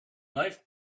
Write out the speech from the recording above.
life